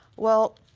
well,